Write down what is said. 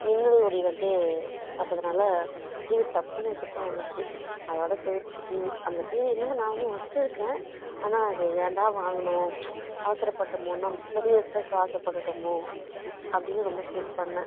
மின்னல் ஒளி வந்து பட்டதனால டிவி டப்புனு சத்தம் வந்துச்சு அதோட போயிடுச்சு டிவி அந்த டிவி இன்னமும் நாங்களும் வச்சிருக்கேன் ஆனால் அது ஏன்டா வாங்கினோம் அவசரப்பட்டோம்னு நம்ம பெரிய இதுக்கு ஆசைபட்டுட்டமோ அப்படினு ரொம்ப ஃபீல் பண்ணிணேன்